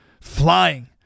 flying